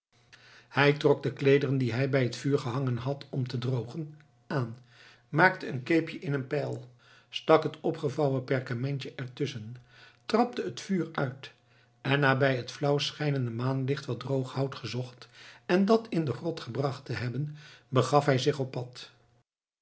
hij trok de kleederen die hij bij het vuur gehangen had om te drogen aan maakte een keepje in een pijl stak het opgevouwen perkamentje er tusschen trapte het vuur uit en na bij het flauw schijnende maanlicht wat droog hout gezocht en dat in de grot gebracht te hebben begaf hij zich op pad